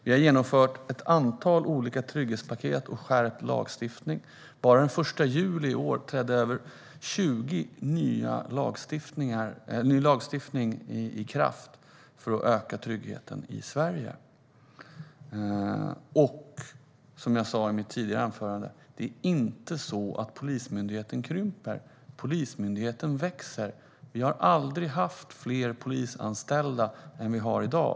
Vi har genomfört ett antal olika trygghetspaket och skärpt lagstiftningen för att öka tryggheten i Sverige - bara den 1 juli i år trädde över 20 nya lagstiftningar i kraft. Och som jag sa i mitt tidigare anförande är det inte så att Polismyndigheten krymper. Polismyndigheten växer. Vi har aldrig haft fler polisanställda än vi har i dag.